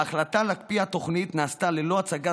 ההחלטה להקפיא את התוכנית נעשתה ללא הצגת